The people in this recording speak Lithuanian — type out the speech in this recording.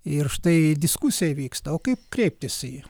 ir štai diskusija vyksta o kaip kreiptis į